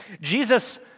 Jesus